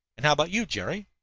and how about you, jerry?